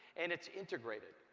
and it's integrated.